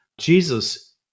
Jesus